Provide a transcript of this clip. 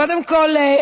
קודם כול,